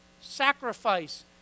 sacrifice